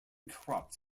corrupt